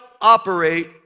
operate